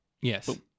yes